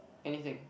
anything